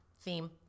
theme